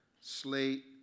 slate